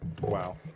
Wow